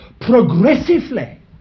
progressively